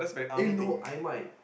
eh no ai mai